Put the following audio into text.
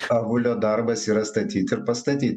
avulio darbas yra statyt pastatyt